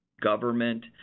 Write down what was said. government